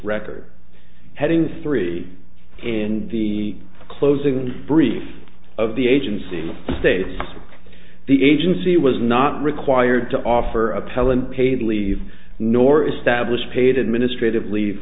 record heading three in the closing brief of the agency states the agency was not required to offer appellant paid leave nor established paid administrative leave